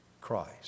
Christ